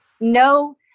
No